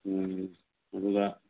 ꯎꯝ ꯑꯗꯨꯒ